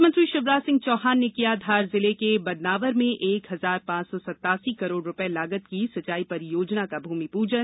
मुख्यमंत्री शिवराज सिंह चौहान ने किया धार जिले के बदनावर में एक हजार पांच सौ सत्तासी करोड़ रुपये लागत की सिंचाई परियोजना का भूमिपूजन